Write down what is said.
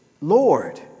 Lord